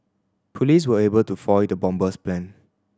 police were able to foil the bomber's plan